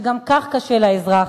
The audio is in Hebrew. שגם כך קשה לאזרח,